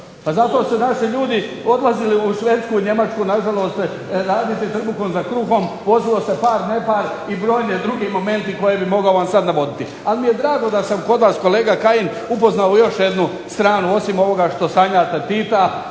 Pa zato su naši ljudi odlazili u Švedsku i Njemačku nažalost raditi trbuhom za kruhom, pozvao se par-nepar i brojni drugi momenti koje bi mogao vam sad navoditi. Ali, mi je drago da sam kod vas kolega Kajin upoznao još jednu stranu osim ovoga što sanjate Tita,